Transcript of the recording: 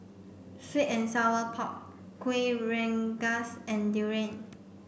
sweet and sour pork Kuih Rengas and durian